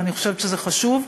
ואני חושבת שזה חשוב.